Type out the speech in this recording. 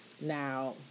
Now